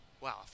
wow